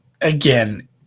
Again